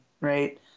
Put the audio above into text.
right